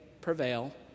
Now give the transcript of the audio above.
prevail